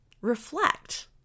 reflect